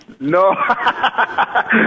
No